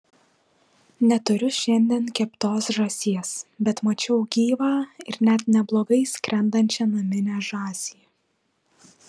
neturiu šiandien keptos žąsies bet mačiau gyvą ir net neblogai skrendančią naminę žąsį